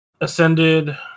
ascended